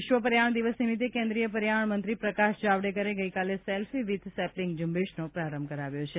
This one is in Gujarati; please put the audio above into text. વિશ્વ પર્યાવરણ દિવસ નિમિત્તે કેન્દ્રીય પર્યાવરણ મંત્રી પ્રકાશ જાવડેકરે ગઇકાલે સેલ્ફી વિથ સેપ્લિંગ ઝુંબેશનો પ્રારંભ કર્યો છે